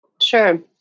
Sure